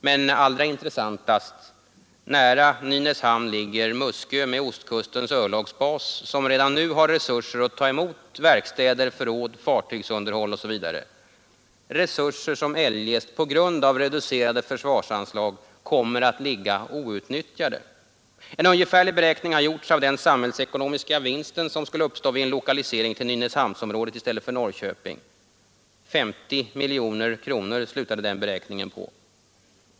Men allra intressantast: nära Nynäshamn ligger Möskö med ostkustens örlogsbas som redan nu har resurser att ta emot verkstäder, förråd, ta hand om fartygsunderhåll osv., resurser som eljest på grund av reducerade försvarsanslag kommer att ligga outnyttjade. En ungefärlig beräkning har gjorts av den samhällsekonomiska vinst som skulle uppstå vid en lokalisering till Nynäshamnsområdet i stället för till Norrköping. Den beräkningen slutade på 50 miljoner kronor.